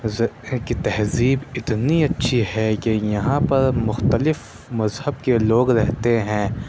تہذیب اتنی اچھی ہے کہ یہاں پر محتلف مذہب کے لوگ رہتے ہیں